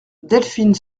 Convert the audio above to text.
delphine